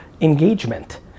engagement